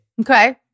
Okay